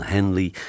Henley